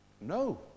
No